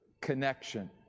connection